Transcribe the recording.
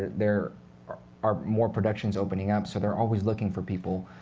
there are are more productions opening up. so they're always looking for people.